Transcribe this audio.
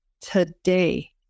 today